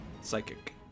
Psychic